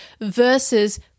versus